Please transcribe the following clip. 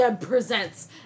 presents